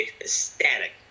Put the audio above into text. ecstatic